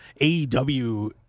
AEW